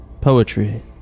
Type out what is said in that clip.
poetry